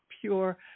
pure